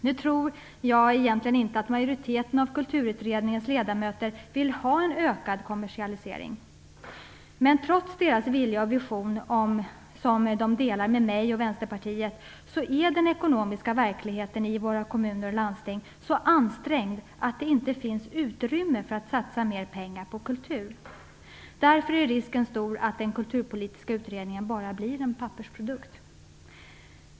Nu tror jag egentligen inte att en majoritet av Kulturutredningens ledamöter vill ha en ökad kommersialisering. Men trots deras vilja och vision, som de delar med mig och Vänsterpartiet, är den ekonomiska verkligheten i våra kommuner och landsting så ansträngd att det inte finns utrymme för att satsa mer pengar på kultur. Därför är risken stor att den kulturpolitiska utredningen bara blir en pappersprodukt.